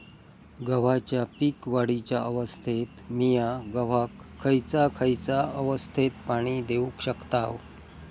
गव्हाच्या पीक वाढीच्या अवस्थेत मिया गव्हाक खैयचा खैयचा अवस्थेत पाणी देउक शकताव?